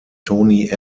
tony